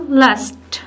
last